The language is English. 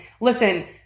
Listen